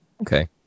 Okay